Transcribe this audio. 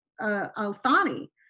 al-Thani